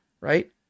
right